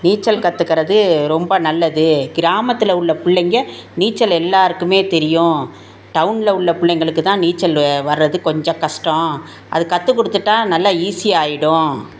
நீச்சல் கத்துக்கிறது ரொம்ப நல்லது கிராமத்தில் உள்ள பிள்ளைங்க நீச்சல் எல்லோருக்குமே தெரியும் டவுனில் உள்ள பிள்ளைங்களுக்கு தான் நீச்சல் வர்றது கொஞ்சம் கஷ்டம் அது கற்று கொடுத்துட்டா நல்லா ஈஸியாகிடும்